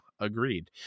Agreed